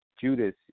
Judas